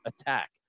attack